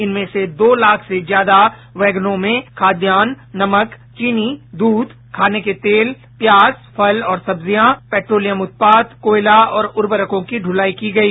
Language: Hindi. इन में से दो लाख से ज्यादा वैगनों में खाद्यान नमक चीनी दूध खाने के तेल प्याज फल और सब्जियां पैट्रोलियम उत्पाद कायेला और उर्वरकों की ढुलाई की गई